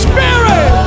Spirit